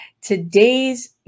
Today's